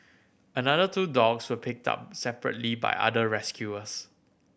another two dogs were picked up separately by other rescuers